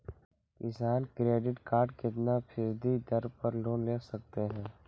किसान credit card कितना फीसदी दर पर लोन ले सकते हैं?